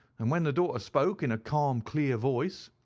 and then the daughter spoke in a calm clear voice.